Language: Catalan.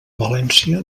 valència